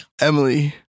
Emily